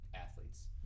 athletes